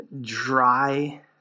dry